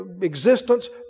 existence